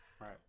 Right